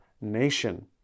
nation